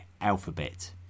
alphabet